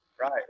Right